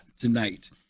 tonight